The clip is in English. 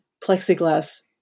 plexiglass